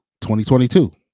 2022